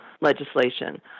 legislation